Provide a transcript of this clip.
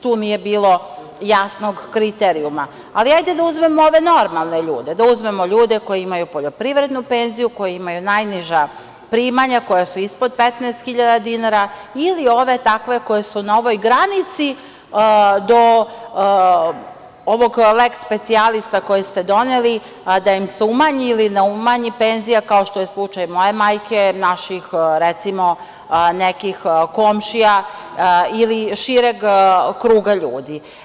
Tu nije bilo jasnog kriterijuma, ali hajde da uzmemo ove normalne ljude, da uzmemo ljude koji imaju poljoprivrednu penziju, koji imaju najniža primanja, koja su ispod 15.000 dinara ili ove takve koji su na ovoj granici do ovog lex specialisa koji ste doneli, a da im se umanji ili ne umanji penzija, kao što je slučaj moje majke, naših nekih komšija ili šireg kruga ljudi.